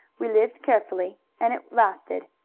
we lived carefully, and it lasted.